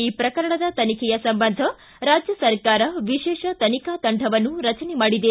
ಈ ಪ್ರಕರಣದ ತನಿಖೆಯ ಸಂಬಂಧ ರಾಜ್ಯ ಸರ್ಕಾರವು ವಿಶೇಷ ತನಿಖಾ ತಂಡವನ್ನು ರಚನೆ ಮಾಡಿದೆ